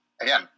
again